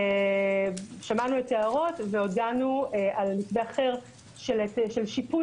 שמענו את ההערות והודענו על מתווה אחר של שיפוי